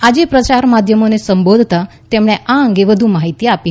આજે પ્રસાર માધ્યમોને સંબોધતાં તેમણે આ અંગે વધુ માહિતી આપી